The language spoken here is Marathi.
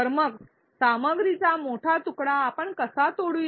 तर मग सामग्रीचा मोठा तुकडा आपण कसा तोडू